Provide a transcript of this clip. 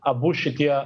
abu šitie